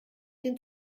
den